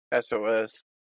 SOS